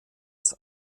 als